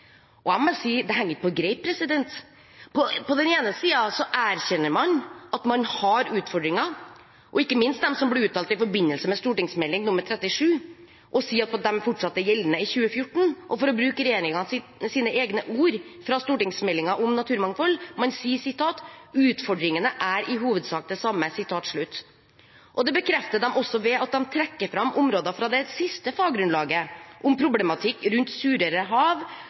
henger ikke på greip. På den ene siden erkjenner man at man har utfordringer, ikke minst de som ble uttalt i forbindelse med St.meld. nr. 37 for 2008–2009, og sier at de fortsatt er gjeldende i 2014. Og for å bruke regjeringens egne ord fra stortingsmeldingen om naturmangfold: «utfordringene er i hovedsak de samme». Det bekrefter de også ved at de trekker fram områder fra det siste faggrunnlaget, om problematikk rundt surere hav,